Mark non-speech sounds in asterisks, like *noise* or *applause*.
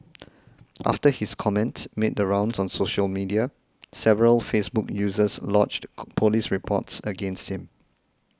after his comment made the rounds on social media several Facebook users lodged *noise* police reports against him